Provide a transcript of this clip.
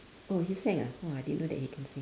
oh he sang ah !wah! didn't know that he can sing